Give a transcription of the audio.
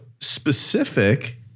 specific